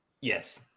yes